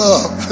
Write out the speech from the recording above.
up